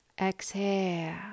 Exhale